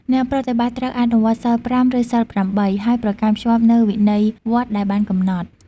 អ្នកប្រតិបត្តិត្រូវអនុវត្ត សីល៥ ឬ សីល៨ ហើយប្រកាន់ខ្ជាប់នូវវិន័យវត្តដែលបានកំណត់។